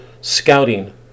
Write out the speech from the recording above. scouting